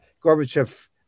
Gorbachev